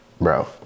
Bro